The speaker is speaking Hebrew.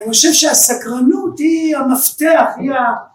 אני חושבת שהסקרנות היא המפתח, היא ה...